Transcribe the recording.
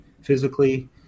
physically